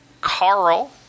Carl